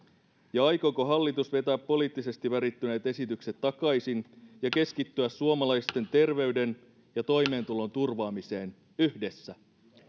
ja aikooko hallitus vetää poliittisesti värittyneet esitykset takaisin ja keskittyä suomalaisten terveyden ja toimeentulon turvaamiseen yhdessä